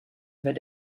wird